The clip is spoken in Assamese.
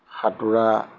সাঁতোৰা